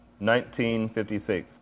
1956